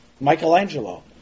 Michelangelo